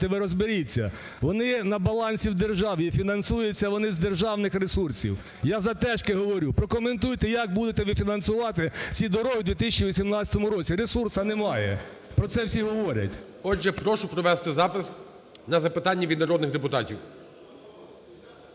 Вони на балансі в державі і фінансуються вони з державних ресурсів. Я за "тешки" говорю. Прокоментуйте, як будете ви фінансувати ці дороги в 2018 році. Ресурсу немає, про це всі говорять. ГОЛОВУЮЧИЙ. Отже, прошу провести запис на запитання від народних депутатів.